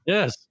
Yes